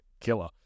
killer